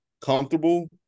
comfortable